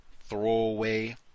throwaway